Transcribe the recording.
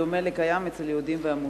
בדומה לקיים אצל היהודים והמוסלמים?